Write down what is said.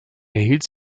erhielt